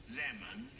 lemon